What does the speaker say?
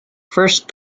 first